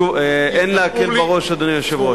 אין להקל בה ראש, אדוני היושב-ראש.